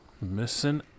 Missing